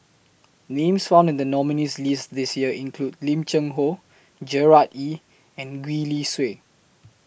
Names found in The nominees' list This Year include Lim Cheng Hoe Gerard Ee and Gwee Li Sui